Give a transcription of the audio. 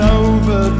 over